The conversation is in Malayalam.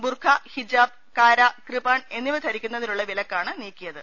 ബുർഖാ ഹിജാബ് കാരാ കൃപാൺ എന്നിവ ധരിക്കുന്നതിനുള്ള വിലക്കാണ് നീക്കി യത്